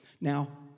Now